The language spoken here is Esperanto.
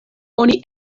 oni